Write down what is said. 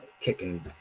kicking